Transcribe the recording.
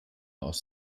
aus